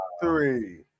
three